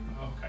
Okay